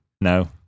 No